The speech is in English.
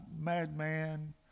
madman